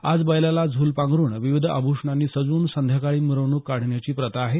आज बैलाला झूल पांघरून विविध आभ्षणांनी सजवून संध्याकाळी मिरवणूक काढण्याची प्रथा आहे